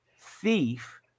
thief